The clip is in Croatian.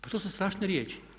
Pa to su strašne riječi.